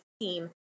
team